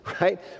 right